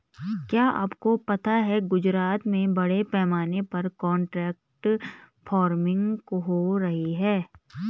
क्या आपको पता है गुजरात में बड़े पैमाने पर कॉन्ट्रैक्ट फार्मिंग हो रही है?